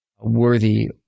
worthy